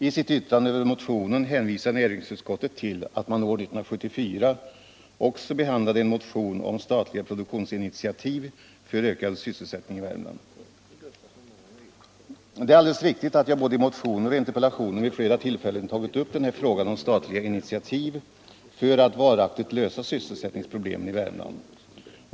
I sitt yttrande över motionen hänvisar näringsutskottet till att man år 1974 också behandlade en motion om statliga produktionsinitiativ för ökad sysselsättning i Värmland. Det är alldeles riktigt att' jag i både motioner och interpellationer vid flera tillfällen tagit upp frågan om statliga initiativ för att varaktigt lösa sysselsättningsproblemen i Värmland.